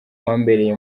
wambereye